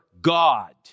God